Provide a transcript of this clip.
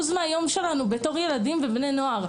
מהיום שלנו בתור תלמידים ובני נוער.